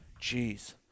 Jeez